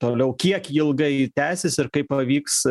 toliau kiek ji ilgai tęsis ir kaip pavyks